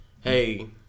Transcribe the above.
hey-